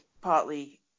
partly